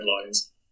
headlines